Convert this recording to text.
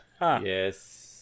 Yes